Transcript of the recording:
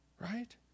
right